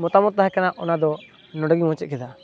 ᱢᱚᱛᱟᱢᱚᱛ ᱛᱟᱦᱮ ᱠᱟᱱᱟ ᱚᱱᱟ ᱫᱚ ᱱᱚᱰᱮᱜᱮᱧ ᱢᱩᱪᱟᱹᱫ ᱠᱮᱫᱟ